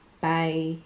bye